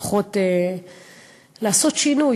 לפחות לעשות שינוי,